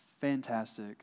fantastic